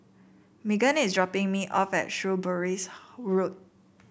Meggan is dropping me off at Shrewsbury Road